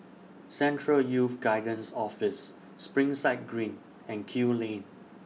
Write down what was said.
Central Youth Guidance Office Springside Green and Kew Lane